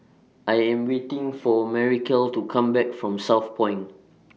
I Am waiting For Maricela to Come Back from Southpoint